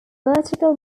vertical